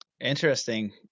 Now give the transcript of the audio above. Interesting